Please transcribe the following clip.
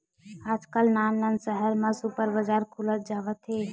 आजकाल नान नान सहर मन म सुपर बजार खुलत जावत हे